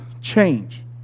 change